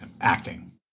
acting